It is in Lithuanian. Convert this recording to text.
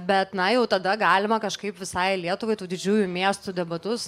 bet na jau tada galima kažkaip visai lietuvai tų didžiųjų miestų debatus